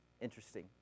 Interesting